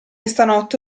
stanotte